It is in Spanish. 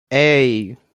hey